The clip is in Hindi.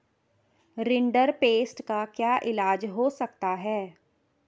रिंडरपेस्ट का क्या इलाज हो सकता है